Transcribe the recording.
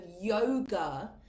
yoga